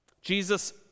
Jesus